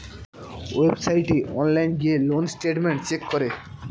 ওয়েবসাইটে অনলাইন গিয়ে loan statement check করে